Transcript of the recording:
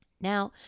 Now